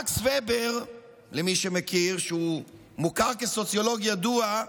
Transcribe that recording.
מקס ובר, למי שמכיר, מוכר כסוציולוג ידוע,